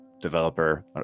developer